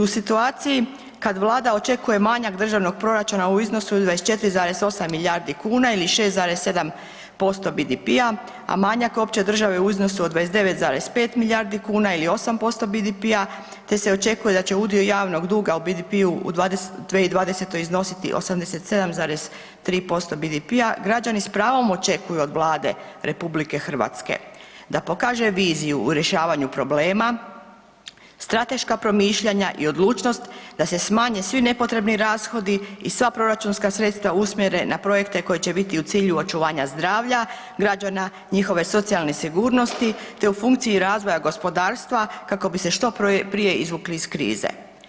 U situaciji kad vlada očekuje manjak državnog proračuna u iznosu od 24,8 milijardi kuna ili 6,7% BDP-a, a manjak opće države u iznosu od 29,5 milijardi kuna ili 8% BDP-a, te se očekuje da će udio javnog duga u BDP-u u 2020. iznositi 87,3% BDP-a građani s pravom očekuju od Vlade RH da pokaže viziju u rješavanju problema, strateška promišljanja i odlučnost da se smanje svi nepotrebni rashodi i sva proračunska sredstva usmjere na projekte koji će biti u cilju očuvanja zdravlja građana, njihove socijalne sigurnosti, te u funkciji razvoja gospodarstva kako bi se što prije izvukli iz krize.